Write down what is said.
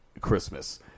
Christmas